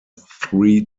three